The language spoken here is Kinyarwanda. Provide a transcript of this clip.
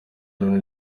loni